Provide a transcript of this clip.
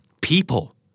people